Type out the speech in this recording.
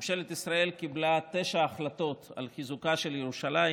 ממשלת ישראל קיבלה תשע החלטות על חיזוקה של ירושלים,